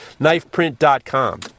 KnifePrint.com